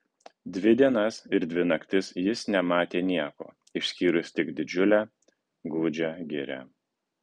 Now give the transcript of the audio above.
dvi dienas ir dvi naktis jis nematė nieko išskyrus tik didžiulę gūdžią girią